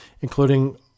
including